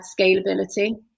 scalability